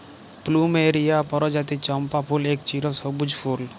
plumeria পরজাতির চম্পা ফুল এক চিরসব্যুজ ফুল